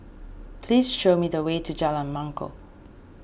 please show me the way to Jalan Mangkok